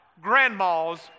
grandmas